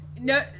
No